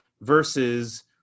versus